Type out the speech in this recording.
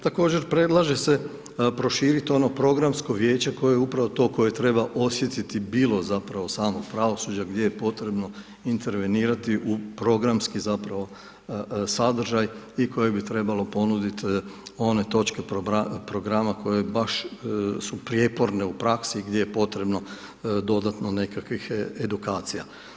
Također, predlaže se proširiti ono programsko vijeće, koje je upravo to osjetiti, bilo zapravo samog pravosuđa, gdje je potrebno intervenirati u programski zapravo sadržaj i koje bi trebalo ponuditi one točke programa koje baš su prijeporne u praksi gdje je potrebno dodatno nekakvih edukacija.